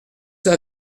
cela